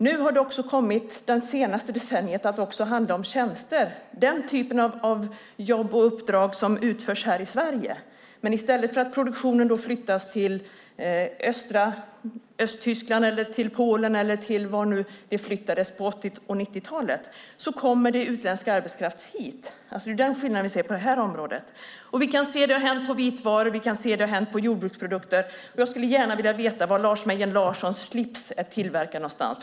Nu, under det senaste decenniet, har det också kommit att handla om tjänster - den typ av jobb och uppdrag som utförs här i Sverige. Men i stället för att produktionen flyttas till Östtyskland, Polen eller vart den nu flyttades på 80 och 90-talen kommer utländsk arbetskraft hit. Det är den skillnad vi ser på området. Vi kan se att det har hänt på vitvaruområdet och på området för jordbruksprodukter. Jag skulle gärna vilja veta var Lars Mejern Larssons slips är tillverkad någonstans.